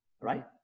right